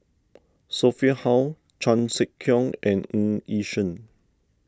Sophia Hull Chan Sek Keong and Ng Yi Sheng